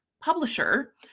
publisher